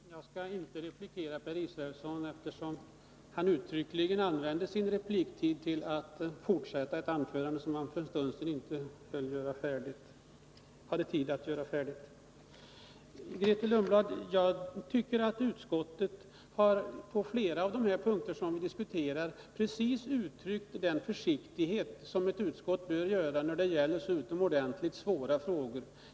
Herr talman! Jag skall inte replikera Per Israelsson, eftersom han uttryckligen använde sig repliktid till att fortsätta ett anförande som han för en stund sedan inte hann hålla färdigt. Jag tycker, Grethe Lundblad, att utskottet på flera av de punkter vi diskuterar har uttryckt precis den försiktighet som ett utskott bör visa när det gäller så utomordentligt svåra frågor.